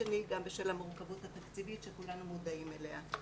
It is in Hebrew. שני גם בשל המורכבות התקציבית שכולנו מודעים לה.